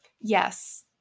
yes